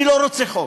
אני לא רוצה חוק.